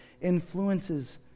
influences